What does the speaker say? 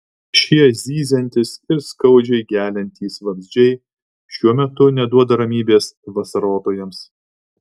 šie zyziantys ir skaudžiai geliantys vabzdžiai šiuo metu neduoda ramybės vasarotojams